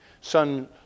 son